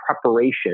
preparation